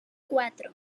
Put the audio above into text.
cuatro